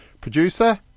Producer